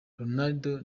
ronaldo